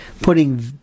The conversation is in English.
putting